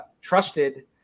trusted